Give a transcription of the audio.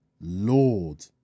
Lord